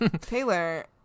Taylor